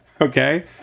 okay